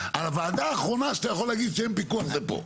הוועדה האחרונה שאתה יכול להגיד שאין פיקוח זה פה.